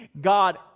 God